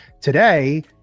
today